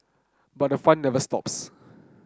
but the fun never stops